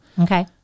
Okay